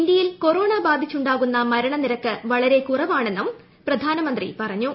ഇന്ത്യയിൽ കൊറോണ ബാധിച്ചുണ്ടാകുന്ന മരണ നിരക്ക് വളരെ കുറവാണെന്നും അദ്ദേഹം പറഞ്ഞു